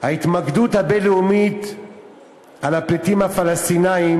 ההתמקדות הבין-לאומית בפליטים הפלסטינים